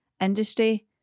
industry